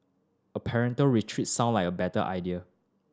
a parental retreat sounded like a better idea